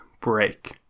Break